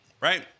right